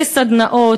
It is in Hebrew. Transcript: בסדנאות,